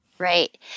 Right